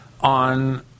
on